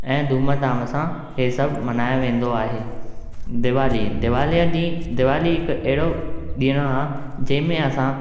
ऐं धूम धाम सा ही सभु मल्हायो वेंदो आहे दिवाली दिवालीअ ॾींहुं दिवाली हिकु अहिड़ो ॾिणु आहे जंहिं में असां